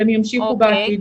והן ימשיכו גם בעתיד.